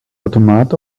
automat